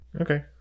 Okay